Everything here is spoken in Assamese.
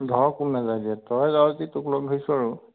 ঘৰৰ কোনো নাযায় দে তই যাৱ যদি তোক লগ ধৰিছোঁ আৰু